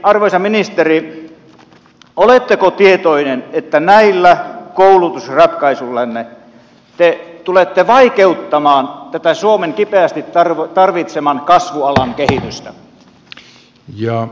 arvoisa ministeri oletteko tietoinen että näillä koulutusratkaisuillanne te tulette vaikeuttamaan tätä suomen kipeästi tarvitseman kasvualan kehitystä